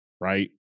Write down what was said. right